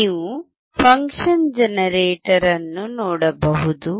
ನೀವು function generator ಅನ್ನು ನೋಡಬಹುದು